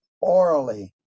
orally